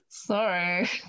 sorry